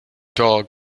dog